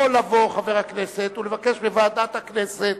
יכול לבוא חבר הכנסת ולבקש מוועדת הכנסת